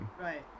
Right